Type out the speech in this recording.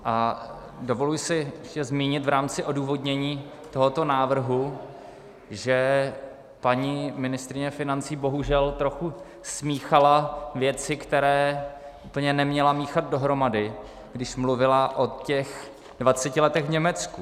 A dovoluji si ještě zmínit v rámci odůvodnění tohoto návrhu, že paní ministryně financí bohužel trochu smíchala věci, které úplně neměla míchat dohromady, když mluvila o těch dvaceti letech v Německu.